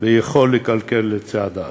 ויכול לכלכל את צעדיו.